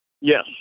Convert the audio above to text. Yes